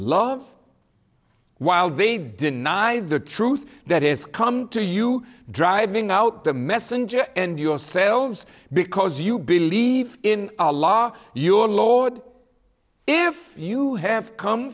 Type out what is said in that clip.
love while they deny the truth that is come to you driving out the messenger and yourselves because you believe in a law your lord if you have come